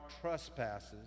trespasses